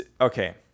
Okay